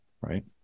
right